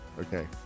Okay